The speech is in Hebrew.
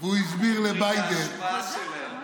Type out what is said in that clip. והוא הסביר לביידן, תראי את ההשפעה שלהם.